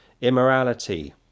immorality